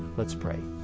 let's pray.